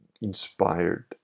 inspired